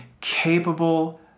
capable